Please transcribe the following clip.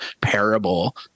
parable